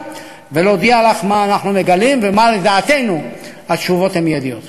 ולהודיע לך מה אנחנו מגלים ומה לדעתנו התשובות המיידיות.